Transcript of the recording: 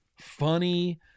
funny